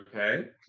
Okay